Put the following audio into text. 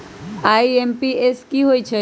IMPS की होईछइ?